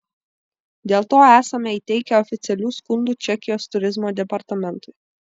dėl to esame įteikę oficialių skundų čekijos turizmo departamentui